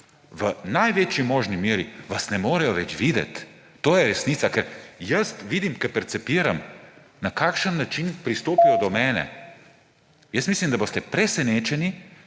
v največji možni meri, vas ne morejo več videti. To je resnica. Ker jaz vidim, ker percipiram, na kakšen način pristopijo do mene. Jaz mislim, da boste presenečeni,